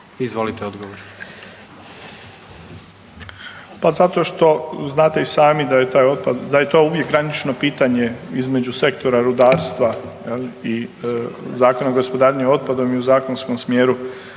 znate i sami da je taj otpad, da je to uvijek granično pitanje između sektora rudarstva jel i Zakona o gospodarenju otpadom i u zakonskom smjeru